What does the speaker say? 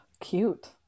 Cute